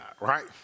right